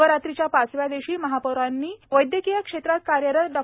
नवरात्रीच्या पाचव्या दिवशी महापौरानी वैद्यकीय क्षेत्रात कार्यरत डॉ